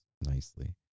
nicely